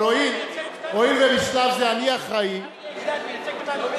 מעניין, אריה אלדד מייצג אותנו?